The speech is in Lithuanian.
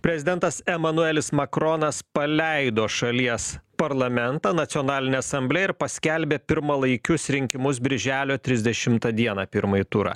prezidentas emanuelis makronas paleido šalies parlamentą nacionalinę asamblėją ir paskelbė pirmalaikius rinkimus birželio trisdešimtą dieną pirmąjį turą